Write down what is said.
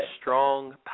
strong